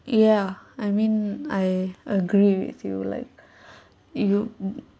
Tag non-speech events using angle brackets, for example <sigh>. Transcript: ya I mean I agree with you like <breath> you